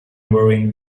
wearing